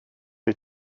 wyt